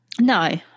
No